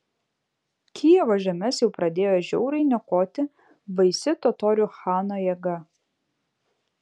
kijevo žemes jau pradėjo žiauriai niokoti baisi totorių chano jėga